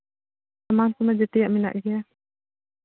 ᱥᱟᱢᱟᱱ ᱠᱚᱢᱟ ᱡᱮᱛᱮᱭᱟᱜ ᱢᱮᱱᱟᱜ ᱜᱮᱭᱟ